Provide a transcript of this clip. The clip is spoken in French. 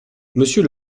monsieur